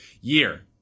year